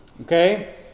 okay